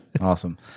awesome